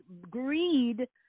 greed